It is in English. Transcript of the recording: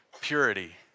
purity